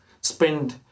spend